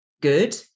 good